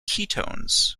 ketones